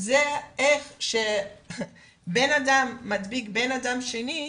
זה איך שאדם מדביק אדם שני,